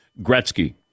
Gretzky